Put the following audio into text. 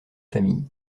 famille